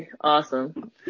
awesome